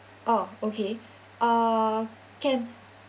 oh okay uh can